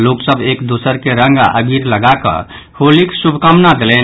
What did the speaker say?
लोक सभ एक दोसर के रंग आ अबीर लगा कऽ होलीक शुभकामना देलनि